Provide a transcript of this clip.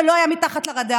זה לא היה מתחת לרדאר,